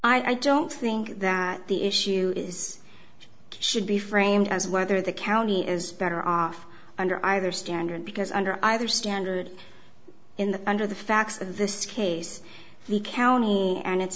i don't think that the issue is should be framed as whether the county is better off under either standard because under either standard in the under the facts of this case the county and its